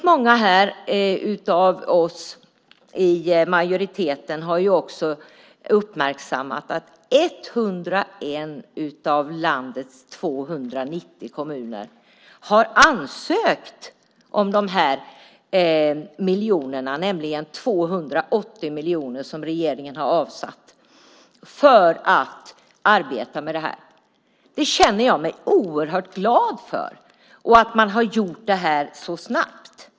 Många av oss i majoriteten har också uppmärksammat att 101 av landets 290 kommuner har ansökt om de 280 miljoner som regeringen har avsatt för att arbeta med detta. Jag känner mig oerhört glad för det och för att man har gjort det så snabbt.